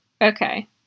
okay